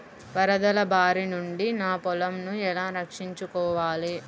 వరదల భారి నుండి నా పొలంను ఎలా రక్షించుకోవాలి?